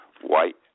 white